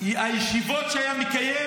הישיבות שהיה מקיים